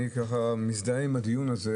אני מזדהה עם הדיון הזה